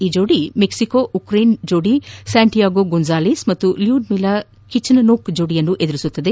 ಈ ಜೋಡಿ Mexico Ukrainian ಜೋಡಿ ಸ್ಯಾಂಟಿಯಾಗೋ ಗೊಂಝಾಲಿಜ್ ಮತ್ತು ಲ್ಯುಡ್ಮಿಲಾ ಕಿಚನನೋಕ್ ಜೋಡಿಯನ್ನು ಎದುರಿಸಲಿದೆ